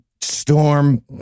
storm